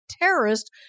terrorist